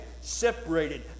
Separated